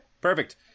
perfect